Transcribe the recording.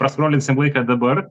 praskolinsime laiką dabar